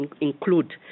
include